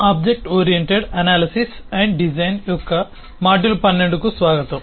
object oriented విశ్లేషణ మరియు design యొక్క మాడ్యూల్ 12 కు స్వాగతం